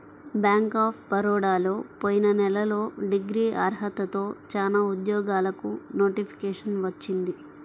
bank of బరోడాలో పోయిన నెలలో డిగ్రీ అర్హతతో చానా ఉద్యోగాలకు నోటిఫికేషన్ వచ్చింది